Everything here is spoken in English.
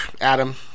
Adam